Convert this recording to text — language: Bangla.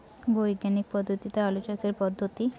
বিজ্ঞানিক পদ্ধতিতে আলু চাষের পদ্ধতি?